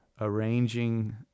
arranging